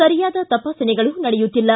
ಸರಿಯಾದ ತಪಾಸಣೆಗಳು ನಡೆಯುತ್ತಿಲ್ಲ